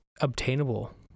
obtainable